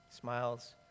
smiles